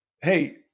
Hey